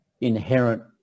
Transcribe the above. inherent